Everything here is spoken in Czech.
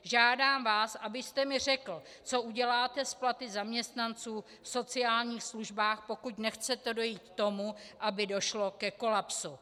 Žádám vás, abyste mi řekl, co uděláte s platy zaměstnanců v sociálních službách, pokud nechcete dojít k tomu, aby došlo ke kolapsu.